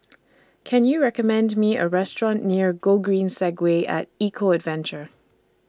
Can YOU recommend Me A Restaurant near Gogreen Segway At Eco Adventure